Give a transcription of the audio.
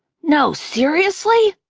no, seriously?